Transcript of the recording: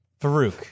Farouk